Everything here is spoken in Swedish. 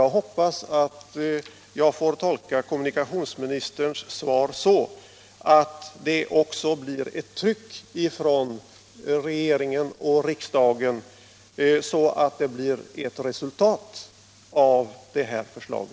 Jag hoppas att jag får tolka kommunikationsministerns svar så att regeringen och riksdagen också kommer att trycka på så att det blir något resultat av periodkortsutredningens förslag.